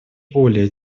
более